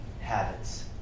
habits